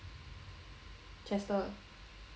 chester